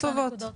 נקודות טובות.